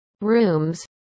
rooms